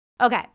Okay